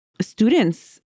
students